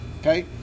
okay